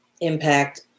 impact